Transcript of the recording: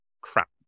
crap